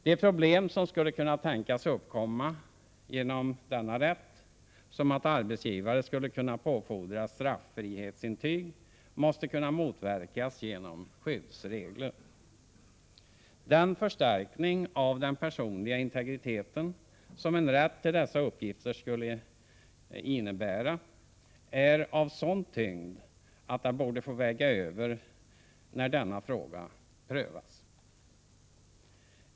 De problem som skulle tänkas kunna uppkomma genom denna rätt, som att arbetsgivare skulle kunna påfordra straffrihetsintyg, måste kunna motverkas genom skyddsregler. Den förstärkning av den personliga integriteten som en rätt till dessa uppgifter skulle innebära är av sådan tyngd att det måste få väga över när denna fråga prövas.